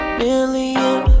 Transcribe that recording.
million